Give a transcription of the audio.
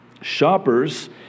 Shoppers